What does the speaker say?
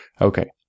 Okay